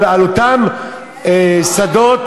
על אותם שדות,